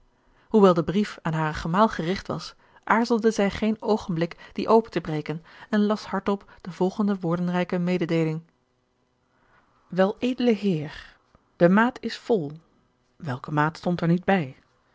hoewel de brief aan haren gemaal gerigt was aarzelde zij geen oogenblik dien open te breken en las hardop de volgende woordenrijke mededeeling weled heer de maat is vol welke maat stond er niet bij